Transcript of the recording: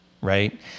right